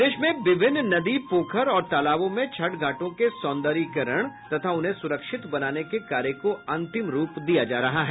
प्रदेश में विभिन्न नदी पोखर और तालाबों में छठ घाटों के सौंर्दयीकरण तथा उन्हें सुरक्षित बनाने के कार्य को अंतिम रूप दिया जा रहा है